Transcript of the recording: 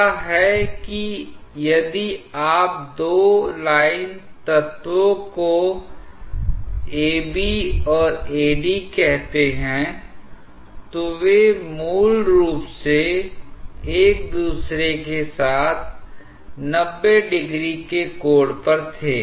क्या है कि यदि आप दो लाइन तत्वों को AB और AD कहते हैं तो वे मूल रूप से एक दूसरे के साथ 90° के कोण पर थे